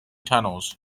tunnels